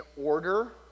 order